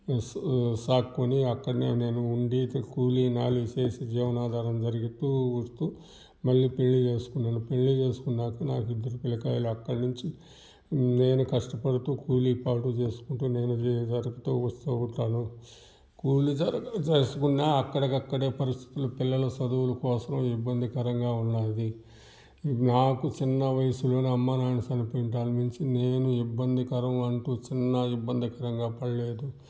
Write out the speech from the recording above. సాకొని అక్కడ నేను ఉండి కూలి నాలి చేసి జీవనాధారం జరుగుతు వస్తు మళ్ళీ పెళ్లి చేసుకున్నాను పెళ్లి చేసుకున్నాక నాకు ఇద్దరు పిలకాయలు అక్కడ నుంచి నేను కష్టపడుతు కూలి పాటు చేసుకుంటు నేను జరుపుతు వస్తు ఉంటాను కూలీ చేసుకున్న అక్కడికక్కడ పరిస్థితిలో పిల్లల చదువుల కోసం ఇబ్బందికరంగా ఉన్నది నాకు చిన్న వయసులో అమ్మానాన్న చనిపోయిన దాని నుంచి నేను ఇబ్బంది కరం అంటు చిన్న ఇబ్బందికరంగా పడలేదు